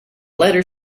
letter